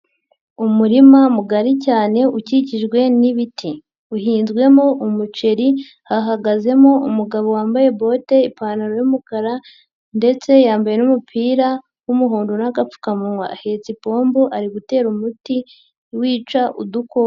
Umurima mugari cyane ukikijwe n'ibiti uhinzwemo umuceri, hahagazemo umugabo wambaye bote, ipantaro y'umukara ndetse yambaye n'umupira w'umuhondo n'agapfukamunwa, ahetse ipombo ari gutera umuti wica udukoko.